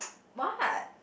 what